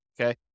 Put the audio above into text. okay